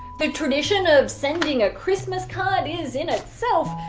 the tradition of sending a christmas card is, in itself,